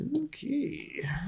Okay